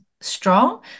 strong